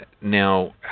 Now